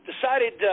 decided